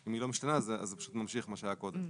אם היא לא משתנה אז זה פשוט ממשיך כמו שהיה קודם,